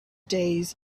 days